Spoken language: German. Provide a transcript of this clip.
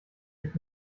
ich